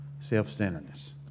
Self-centeredness